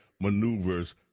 maneuvers